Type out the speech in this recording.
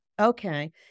Okay